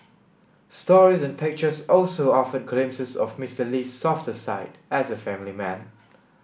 stories and pictures also offered glimpses of Mister Lee's softer side as a family man